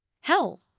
Hell